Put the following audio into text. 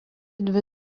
dvi